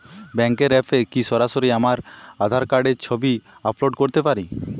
ব্যাংকের অ্যাপ এ কি সরাসরি আমার আঁধার কার্ড র ছবি আপলোড করতে পারি?